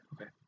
Okay